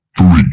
Three